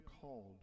called